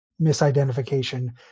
misidentification